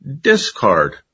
discard